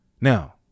Now